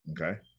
okay